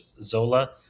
Zola